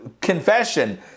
confession